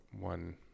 one